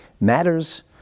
Matters